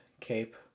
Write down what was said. Cape